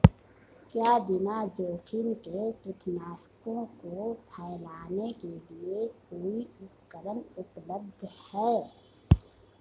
क्या बिना जोखिम के कीटनाशकों को फैलाने के लिए कोई उपकरण उपलब्ध है?